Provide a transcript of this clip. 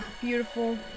Beautiful